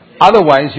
Otherwise